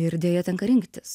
ir deja tenka rinktis